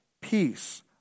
peace